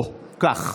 בוא, קח.